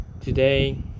Today